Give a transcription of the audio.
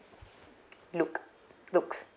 look looks